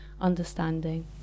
understanding